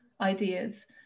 ideas